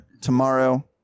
Tomorrow